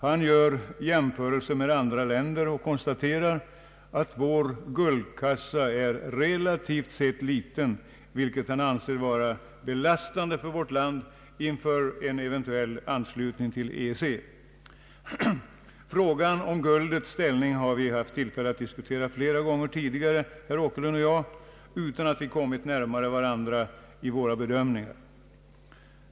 Han gör jämförelser med andra länder och konstaterar att vår guldkassa är relativt sett liten, vilket han anser kan vara ”belastande för vårt land inför en eventuell anslutning till EEC”. Frågan om guldets ställning har herr Åkerlund och jag haft tillfälle att diskutera flera gånger tidigare, utan att vi kommit närmare varandra i våra bedömningar.